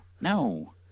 No